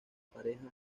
pareja